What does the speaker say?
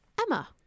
Emma